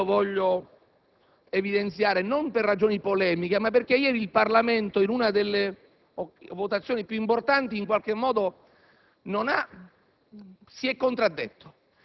qui un elemento che voglio evidenziare, non per ragioni polemiche ma perché ieri il Parlamento, in una delle votazioni più importanti, si è contraddetto.